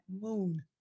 moon